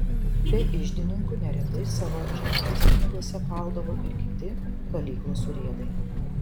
be iždininkų neretai savo ženklus piniguose kaldavo ir kiti kalyklos urėdai